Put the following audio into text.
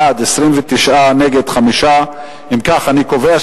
בעד, 29, נגד, 5. אם כך אני קובע,